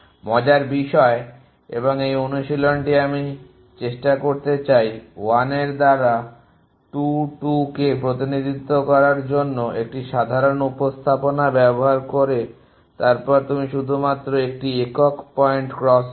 মজার বিষয় এবং এই অনুশীলনীটি আমি চেষ্টা করতে চাই 1 এর দ্বারা 2 2 কে প্রতিনিধিত্ব করার জন্য একটি সাধারণ উপস্থাপনা ব্যবহার করে তারপর তুমি শুধুমাত্র একটি একক পয়েন্ট ক্রসওভারে